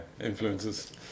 influences